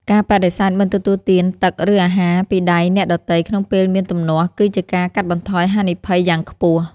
ការបដិសេធមិនទទួលទានទឹកឬអាហារពីដៃអ្នកដទៃក្នុងពេលមានទំនាស់គឺជាការកាត់បន្ថយហានិភ័យយ៉ាងខ្ពស់។